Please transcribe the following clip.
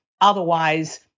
otherwise